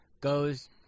goes